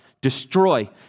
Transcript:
destroy